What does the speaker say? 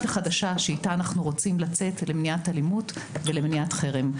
החדשה שאיתה אנחנו רוצים לצאת למניעת אלימות ולמניעת חירום.